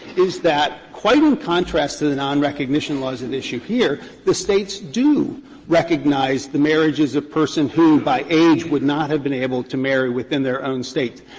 is that, quite in contrast to the non-recognition laws at issue here, the states do recognize the marriages of person who, by age, would not have been able to marry within their own states.